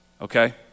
okay